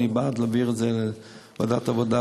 אני בעד להעביר את זה לוועדת העבודה,